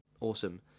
Awesome